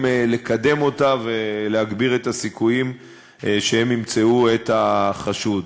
לקדם אותה ולהגביר את הסיכויים שהם ימצאו את החשוד.